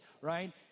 right